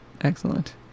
excellent